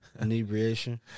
Inebriation